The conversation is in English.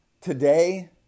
Today